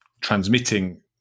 transmitting